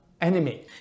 enemy